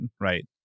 right